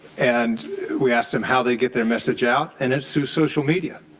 and we asked them how they get their message out. and it's through social media.